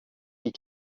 die